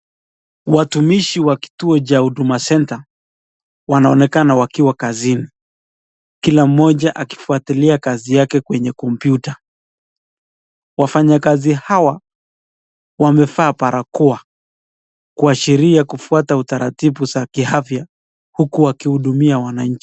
Watumishi wa kituo cha Huduma Centre wanaonekana wakiwa kazini kila mmoja akifuatilia kazi yake kwenye kompyuta. Wafanyakazi hawa wamevaa barakoa kuashiria kufuata utaratibu za kiafya uku wakihudumia wananchi.